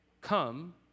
come